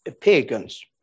pagans